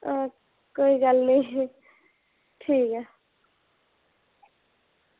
कोई गल्ल निं ठीक ऐ